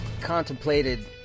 contemplated